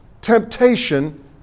temptation